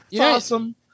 awesome